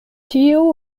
tiu